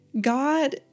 God